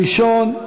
הראשון,